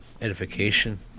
edification